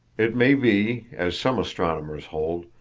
it may be, as some astronomers hold,